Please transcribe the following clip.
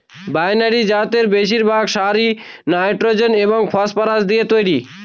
binary জাতের বেশিরভাগ সারই নাইট্রোজেন এবং ফসফরাস দিয়ে তৈরি